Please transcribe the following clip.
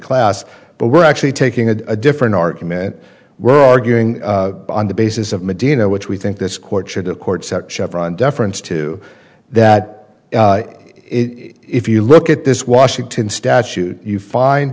class but we're actually taking a different argument we're arguing on the basis of medina which we think this court should a court section front deference to that it if you look at this washington statute you find